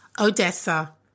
Odessa